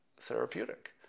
therapeutic